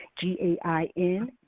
G-A-I-N